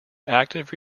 active